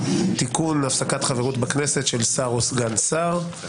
(תיקון הפסקת חברות בכנסת של שר או סגן שר).